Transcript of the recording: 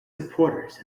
supporters